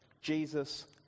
Jesus